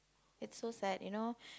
is so sad you know